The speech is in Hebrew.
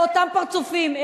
זה אותם פרצופים,